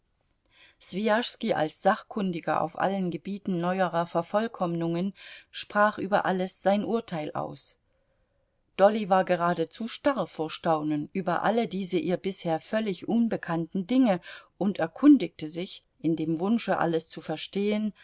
swijaschski als sachkundiger auf allen gebieten neuerer vervollkommnungen sprach über alles sein urteil aus dolly war geradezu starr vor staunen über alle diese ihr bisher völlig unbekannten dinge und erkundigte sich in dem wunsche alles zu verstehen